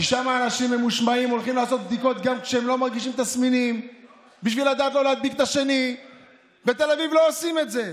אני אסביר לך.